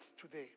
today